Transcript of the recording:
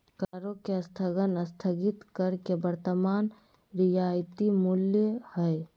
करों के स्थगन स्थगित कर के वर्तमान रियायती मूल्य हइ